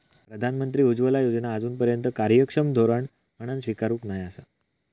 प्रधानमंत्री उज्ज्वला योजना आजूनपर्यात कार्यक्षम धोरण म्हणान स्वीकारूक नाय आसा